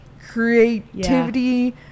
creativity